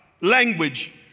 language